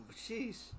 Jeez